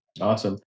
Awesome